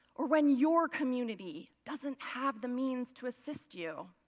or when your community doesn't have the means to assist you?